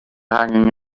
hanging